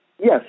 Yes